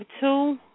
two